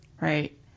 right